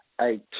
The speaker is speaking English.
eight